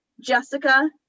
jessica